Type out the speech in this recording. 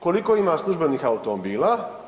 Koliko ima službenih automobila?